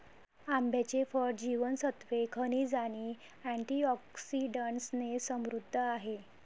आंब्याचे फळ जीवनसत्त्वे, खनिजे आणि अँटिऑक्सिडंट्सने समृद्ध आहे